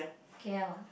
K_L ah